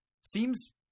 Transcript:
seems